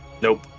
Nope